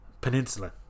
Peninsula